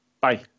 Bye